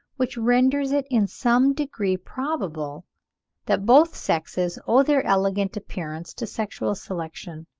which renders it in some degree probable that both sexes owe their elegant appearance to sexual selection.